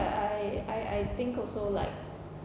I I I I think also like